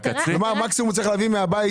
כלומר מקסימום הוא צריך להביא מהבית,